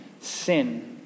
sin